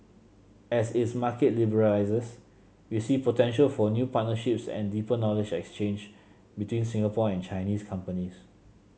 as its market liberalises we see potential for new partnerships and deeper knowledge exchange between Singapore and Chinese companies